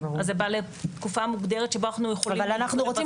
אז זה בא לתקופה מוגדרת שבה אנחנו יכולים --- אבל אנחנו רוצים